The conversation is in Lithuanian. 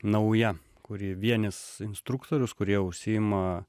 nauja kuri vienys instruktorius kurie užsiima